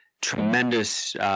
tremendous